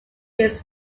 his